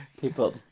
people